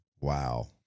Wow